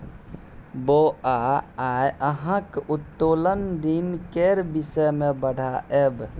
बौआ आय अहाँक उत्तोलन ऋण केर विषय मे पढ़ायब